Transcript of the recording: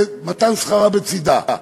ומתן שכרה בצדה.